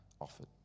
offered